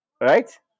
right